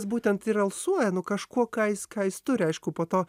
būtent ir alsuoja nu kažkuo ką jis ką jis turi aišku po to